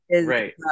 right